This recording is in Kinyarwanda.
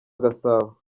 gasabo